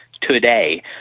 today